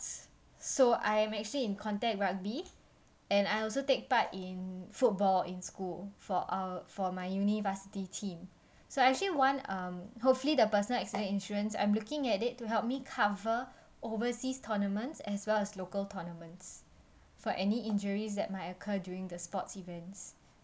so I'm actually in contact rugby and I also take part in football in school for uh for my uni varsity team so I actually want um hopefully the personal accident insurance I'm looking at it to help me cover overseas tournaments as well as local tournaments for any injuries that might occur during the sport events